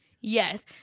Yes